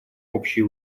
общие